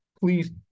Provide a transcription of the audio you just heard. please